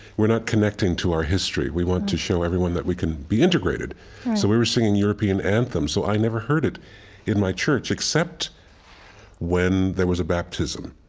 we're not connecting to our history. we want to show everyone that we can be integrated. so we were singing european anthems, so i never heard it in my church except when there was a baptism.